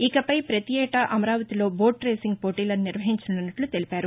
ఇకపై పతి ఏటా అమరావతిలో బోట్రేసింగ్ పోటీలను నిర్వహించనున్నట్ల తెలిపారు